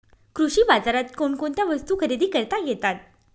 कृषी बाजारात कोणकोणत्या वस्तू खरेदी करता येतात